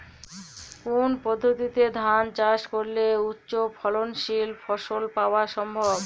কোন পদ্ধতিতে ধান চাষ করলে উচ্চফলনশীল ফসল পাওয়া সম্ভব?